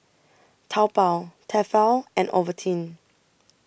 Taobao Tefal and Ovaltine